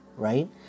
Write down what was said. right